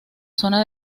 zona